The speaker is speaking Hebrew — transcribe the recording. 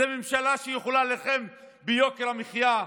זו ממשלה שיכולה להילחם ביוקר המחיה?